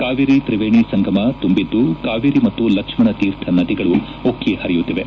ಕಾವೇರಿ ತ್ರಿವೇಣಿ ಸಂಗಮ ತುಂಬಿದ್ದು ಕಾವೇರಿ ಮತ್ತು ಲಕ್ಷ್ಮಣ ತೀರ್ಥ ನದಿಗಳು ಉಕ್ಕಿ ಹರಿಯುತ್ತಿವೆ